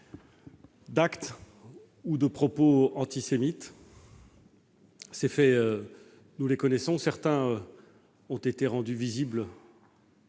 d'actes ou de propos antisémites. Ces faits, nous les connaissons, certains ont été rendus visibles